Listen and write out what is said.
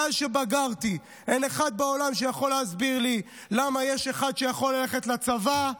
מאז שבגרתי אין אחד בעולם שיכול להסביר לי למה יש אחד שיכול ללכת לצבא,